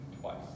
Twice